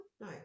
No